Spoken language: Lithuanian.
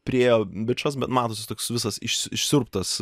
priėjo bičas bet matos toks visas iš išsiurbtas